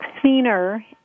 cleaner